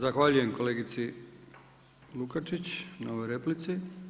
Zahvaljujem kolegici Lukačić na ovoj replici.